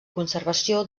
conservació